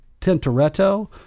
Tintoretto